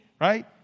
right